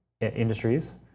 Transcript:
industries